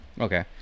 Okay